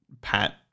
pat